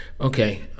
okay